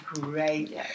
great